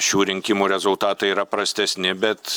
šių rinkimų rezultatai yra prastesni bet